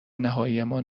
نهاییمان